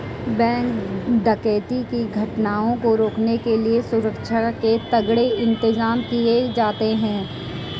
bank डकैती की घटना को रोकने के लिए सुरक्षा के तगड़े इंतजाम किए जाते हैं